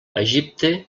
egipte